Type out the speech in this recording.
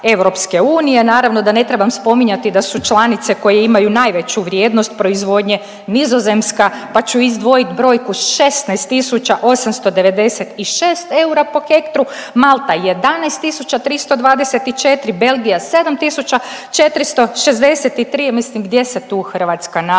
prosjeka EU. Naravno da ne trebam spominjati da su članice koje imaju najveću vrijednost proizvodnje Nizozemska pa ću izdvojit brojku 16.896 eura po hektru, Malta 11.324, Belgija 7.463, mislim gdje se tu Hrvatska nalazi